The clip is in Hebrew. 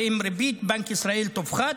ואם ריבית בנק ישראל תופחת,